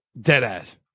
Deadass